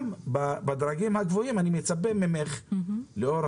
גם בדרגים הגבוהים אני מצפה ממך, לאור